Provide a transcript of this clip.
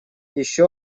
еще